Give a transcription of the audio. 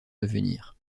devenir